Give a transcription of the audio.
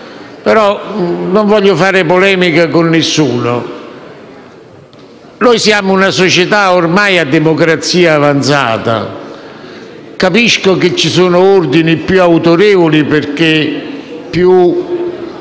ma non voglio fare polemiche con nessuno. Noi siamo ormai una società a democrazia avanzata. Capisco che ci sono ordini più autorevoli, perché più